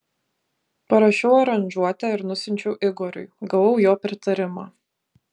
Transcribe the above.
parašiau aranžuotę ir nusiunčiau igoriui gavau jo pritarimą